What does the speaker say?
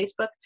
Facebook